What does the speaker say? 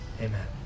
Amen